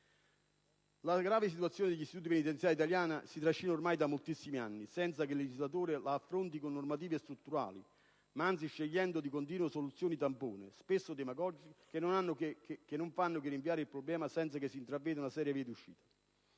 La grave situazione degli istituti penitenziari italiani si trascina ormai da moltissimi anni, senza che il legislatore la affronti con normative strutturali; anzi, si scelgono continuamente soluzioni tampone, spesso demagogiche, che non fanno che rinviare il problema, senza che si intraveda una seria via di uscita.